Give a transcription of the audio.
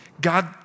God